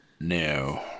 No